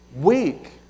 Weak